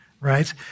Right